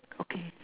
okay